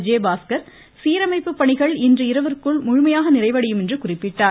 விஜயபாஸ்கர் சீரமைப்பு பணிகள் இன்று இரவிற்குள் முழுமையாக நிறைவடையும் என்று குறிப்பிட்டார்